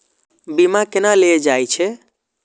बीमा केना ले जाए छे?